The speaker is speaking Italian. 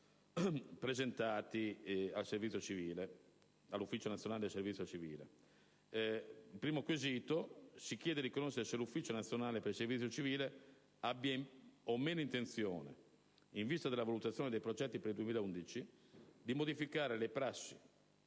presentati all'Ufficio nazionale per il servizio civile. Con il primo quesito si chiede di conoscere se l'Ufficio nazionale per il servizio civile abbia o meno intenzione, in vista della valutazione dei progetti per il 2011, di modificare la prassi